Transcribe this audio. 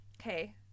Okay